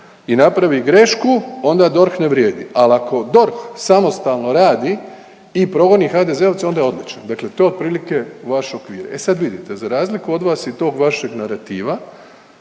i napravi grešku onda DORH ne vrijedi, ali ako DORH samostalno radi i progoni HDZ-ovce onda je odličan. Dakle to je otprilike vaš okvir. E sad vidite, za razliku od vas i tog vašeg narativa